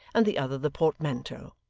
and the other the portmanteau,